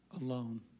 alone